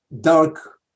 dark